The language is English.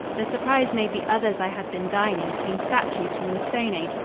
the surprise made the others i had been dining seem statues from the stone age,